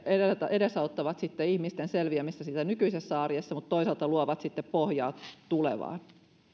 edesauttavat ihmisten selviämistä nykyisessä arjessa mutta toisaalta luovat sitten pohjaa tulevaan